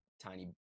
tiny